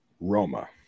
Roma